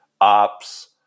ops